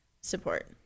support